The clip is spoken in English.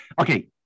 Okay